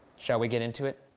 shall we get into it?